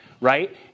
right